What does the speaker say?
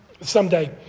someday